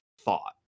thought